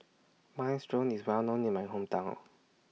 Minestrone IS Well known in My Hometown